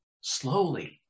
slowly